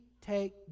take